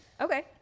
Okay